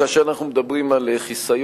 כאשר אנחנו מדברים על חיסיון,